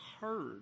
heard